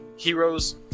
Heroes